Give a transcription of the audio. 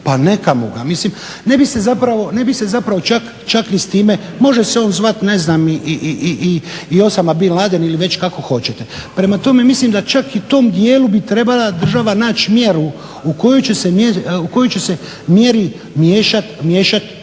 pa neka mu ga. Mislim ne bih se zapravo čak ni s time, može se on zvati ne znam, i Osama bin laden ili već kako hoćete. Prema tome, mislim da čak i tom djelu bi trebala država naći mjeru, u kojoj će se mjeri miješat